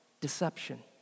Deception